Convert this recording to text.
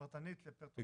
פרטנית, לפרטים.